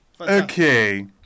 Okay